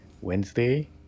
Wednesday